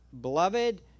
beloved